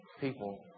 people